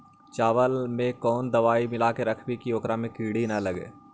चावल में कोन दबाइ मिला के रखबै कि ओकरा में किड़ी ल लगे?